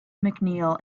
mcneil